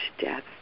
death